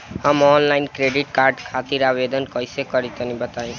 हम online credit card खातिर आवेदन कइसे करि तनि बताई?